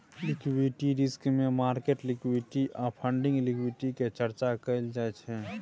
liquidity risk मे market liquidity आ funding liquidity के चर्चा कएल जाइ छै